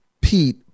Pete